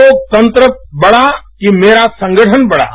लोकतंत्र बड़ा कि मेरा संगठन बड़ा